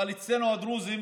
אבל אצלנו הדרוזים